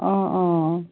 অ' অ'